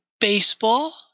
Baseball